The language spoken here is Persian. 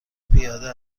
پیاده